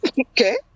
Okay